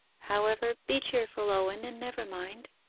however, be cheerful, owen, and never mind